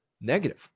negative